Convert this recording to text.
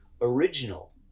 original